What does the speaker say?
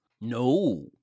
no